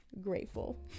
grateful